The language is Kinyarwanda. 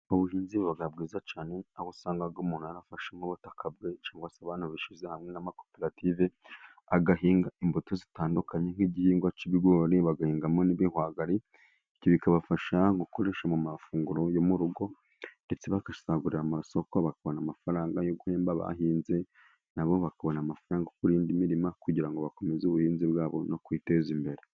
Ubuhinzi bwa bwiza cyane aho usanga umuntu yarafashe nk'ubutaka bwinshi abantu bishyize hamwe n'amakoperative agahinga imbuto zitandukanye nk'igihingwa cy'ibigori bagahingamo n'ibihwagari. Ibyo bikabafasha gukoresha mu mafunguro yo mu rugo ndetse bagasagurira amasoko bakabona amafaranga yo guhemba abahinze, nabo ba bakabona amafaranga yo kurinda indi mirima kugira ngo bakomeze ubuhinzi bwabo no kwiteza imbere.